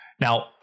Now